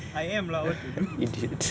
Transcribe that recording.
I am lah what to do